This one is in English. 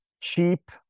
cheap